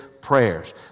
prayers